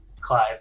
Clive